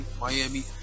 Miami